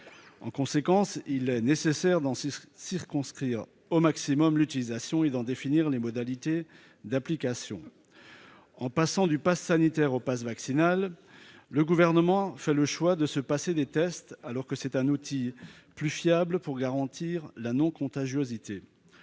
En conséquence, il est nécessaire d'en circonscrire au maximum l'utilisation et d'en définir les modalités d'application. En passant du passe sanitaire au passe vaccinal, le Gouvernement fait le choix de se passer des tests, alors que c'est un outil plus fiable pour garantir la non-contagiosité.